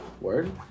word